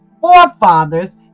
forefathers